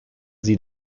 sie